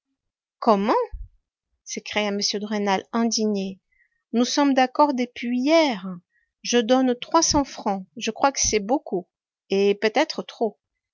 comment s'écria m de rênal indigné nous sommes d'accord depuis hier je donne trois cents francs je crois que c'est beaucoup et peut-être trop